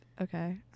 Okay